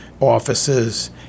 offices